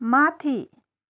माथि